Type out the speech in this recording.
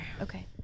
Okay